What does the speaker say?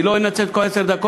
אני לא אנצל את כל עשר הדקות,